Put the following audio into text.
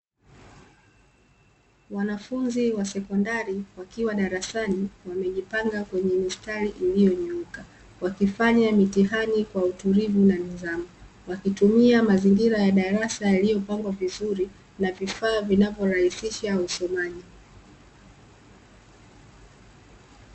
Wanafunzi wa sekondari wakiwa darasani wamejipanga kwenye mistari iliyonyooka, wakifanya mitihani kwa utulivu na nidhamu ,wakitumia mazingira ya darasa yaliyopangwa vizuri na vifaa vinavyorahisisha usomaji.